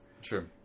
Sure